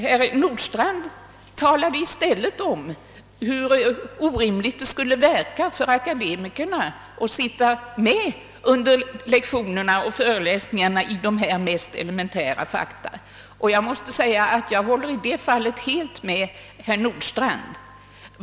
Herr Nordstrandh talade om hur orimligt det skulle verka för akademiker att sitta med under lektioner och föreläsningar över dessa elementära fakta. I det fallet håller jag helt med herr Nordstrandh.